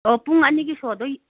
ꯑꯣ ꯄꯨꯡ ꯑꯅꯤꯒꯤ ꯁꯣꯗꯣ